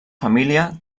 família